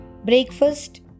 breakfast